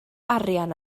arian